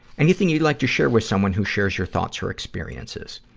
anything you'd like to share with someone who shares your thoughts or experiences?